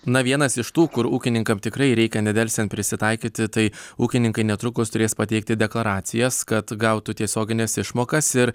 na vienas iš tų kur ūkininkam tikrai reikia nedelsiant prisitaikyti tai ūkininkai netrukus turės pateikti deklaracijas kad gautų tiesiogines išmokas ir